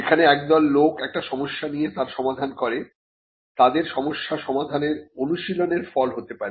যেখানে একদল লোক একটি সমস্যা নিয়ে তার সমাধান করে তাদের সমস্যা সমাধানের অনুশীলনের ফল হতে পারে